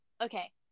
Okay